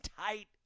tight